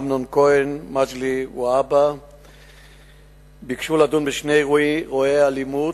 אמנון כהן ומגלי והבה ביקשו לדון בשני אירועי אלימות